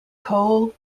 coal